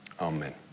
Amen